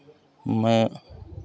मैं